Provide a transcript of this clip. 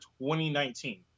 2019